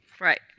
Right